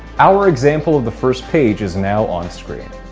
our example of the first page is now on-screen.